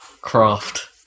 craft